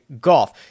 golf